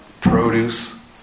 produce